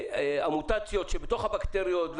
המוטציות שבתוך הבקטריות,